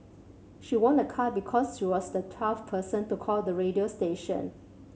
she won a car because she was the twelfth person to call the radio station